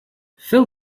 fill